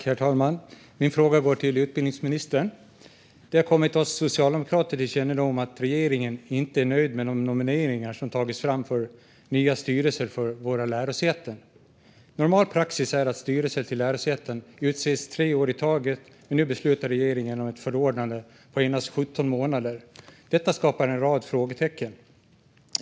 Herr talman! Min fråga går till utbildningsministern. Det har kommit oss socialdemokrater till kännedom att regeringen inte är nöjd med de nomineringar som tagits fram för nya styrelser vid våra lärosäten. Normal praxis är att styrelser till lärosäten utses på tre år i taget. Men nu beslutar regeringen om ett förordnande på endast 17 månader. Detta skapar en rad frågetecken.